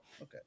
okay